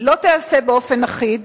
לא תיעשה באופן אחיד,